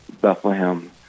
Bethlehem